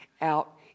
out